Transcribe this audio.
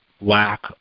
lack